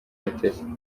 mutesi